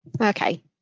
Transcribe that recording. Okay